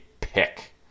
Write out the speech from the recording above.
pick